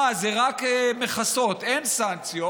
אה, זה רק מכסות, אין סנקציות,